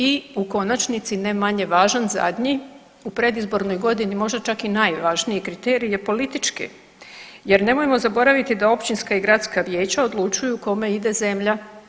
I u konačnici ne manje važan zadnji u predizbornoj godini možda čak i najvažniji kriterij je politički jer nemojmo zaboraviti da općinska i gradska vijeća odlučuju kome ide zemlja.